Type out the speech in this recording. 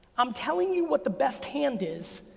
i'm telling you what the best hand is,